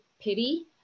pity